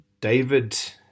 David